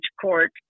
court